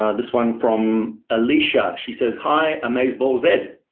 um this one from alicia. she says hi amazeballs ed.